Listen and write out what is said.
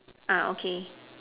ah okay